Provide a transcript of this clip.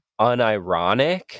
unironic